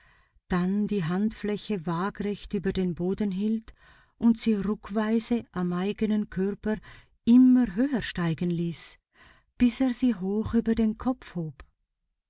dann die handfläche wagrecht über den boden hielt und sie ruckweise am eigenen körper immer höher steigen ließ bis er sie hoch über den kopf hob